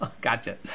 Gotcha